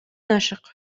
ашык